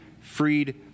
freed